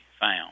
found